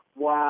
Wow